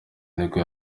nibwo